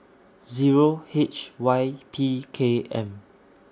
Zero H Y P K M